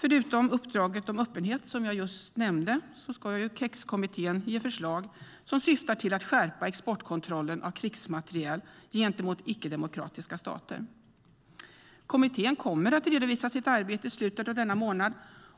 Förutom det uppdrag om öppenhet jag just nämnde ska KEX-kommittén ge förslag som syftar till att skärpa exportkontrollen av krigsmateriel gentemot icke-demokratiska stater. Kommittén kommer att redovisa sitt arbete i slutet av denna månad,